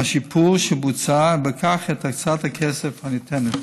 את השיפור שבוצע ומכך, את הקצאת הכסף הניתנת.